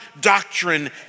doctrine